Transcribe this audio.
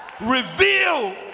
reveal